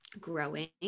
growing